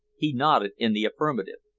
he nodded in the affirmative.